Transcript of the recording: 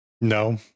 no